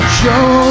show